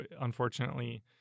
unfortunately